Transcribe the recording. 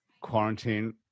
quarantine